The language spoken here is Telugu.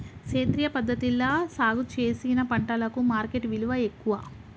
సేంద్రియ పద్ధతిలా సాగు చేసిన పంటలకు మార్కెట్ విలువ ఎక్కువ